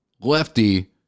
Lefty